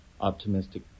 optimistic